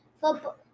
Football